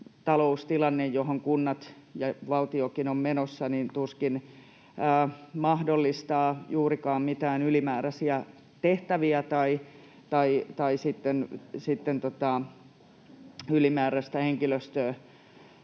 taloustilanne, johon kunnat ja valtiokin ovat menossa, tuskin mahdollistaa juurikaan mitään ylimääräisiä tehtäviä tai palkata ylimääräistä henkilöstöä.